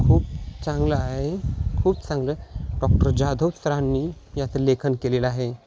खूप चांगलं आहे खूप चांगलं डॉक्टर जाधव सरांनी याचं लेखन केलेलं आहे